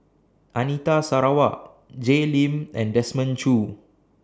Anita Sarawak Jay Lim and Desmond Choo